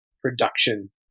production